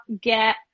get